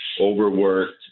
overworked